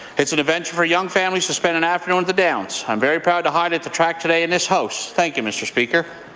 it's an event for young families to spend an afternoon at the downs. i'm very proud to highlight the track today in this house. and mr. speaker